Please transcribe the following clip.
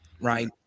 right